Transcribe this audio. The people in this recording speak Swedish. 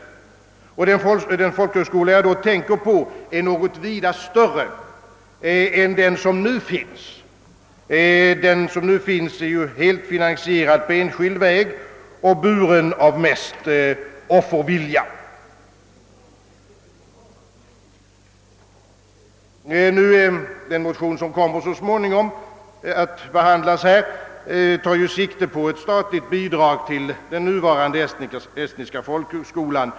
Den folkhögskola jag tänker på är något vida mer än den som nu finns och som är helt finansierad på enskild väg och buren mest av offervilja. Det motionsförslag, som så småningom kommer att behandlas, tar sikte på ett statligt bidrag till den nuvarande estniska folkhögskolan.